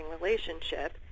relationship